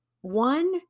one